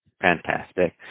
Fantastic